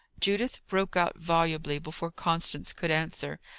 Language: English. judith broke out volubly before constance could answer,